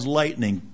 lightning